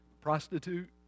prostitute